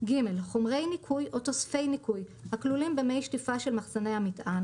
חומרי ניקוי או תוספי ניקוי הכלולים במי שטיפה של מחסני המטען,